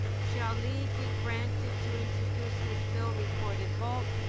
shall lead be granted to introduce this bill? recorded vote.